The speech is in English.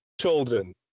children